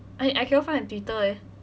I I cannot find her twitter eh